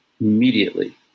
Immediately